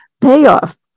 payoff